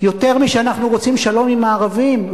יותר משאנחנו רוצים שלום עם הערבים,